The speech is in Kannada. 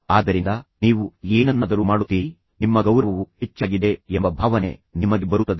ಆದ್ದರಿಂದ ನೀವು ಏನನ್ನಾದರೂ ಮಾಡುತ್ತೀರಿ ಆದ್ದರಿಂದ ನಿಮ್ಮ ಗೌರವವು ಹೆಚ್ಚಾಗಿದೆ ಎಂಬ ಭಾವನೆ ನಿಮಗೆ ಬರುತ್ತದೆ